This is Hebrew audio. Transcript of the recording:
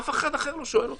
אף אחד אחר לא שואל אותם.